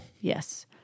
Yes